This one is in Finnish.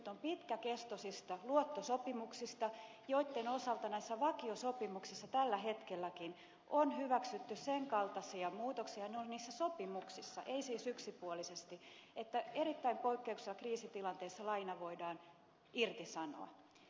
kysymys on pitkäkestoisista luottosopimuksista joitten osalta näissä vakiosopimuksissa tällä hetkelläkin on hyväksytty sen kaltaisia muutoksia ne ovat niissä sopimuksissa ei siis yksipuolisesti että erittäin poikkeuksellisessa kriisitilanteessa laina voidaan irtisanoa